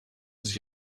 sich